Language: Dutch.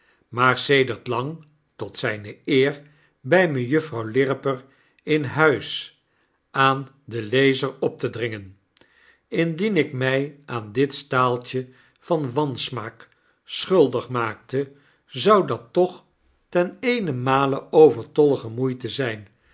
sedert lang tot zijne eer bij mejuffrouw lirriper in huis aan den lezer op te dringen indien ik mij aan dit staaltje van wansmaak schuldig maakte zou dat toch ten eenenmale overtollige moeite zijn